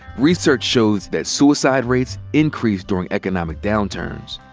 research shows that suicide rates increase during economic downturns.